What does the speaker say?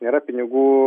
nėra pinigų